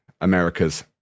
America's